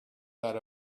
that